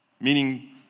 meaning